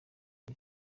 iki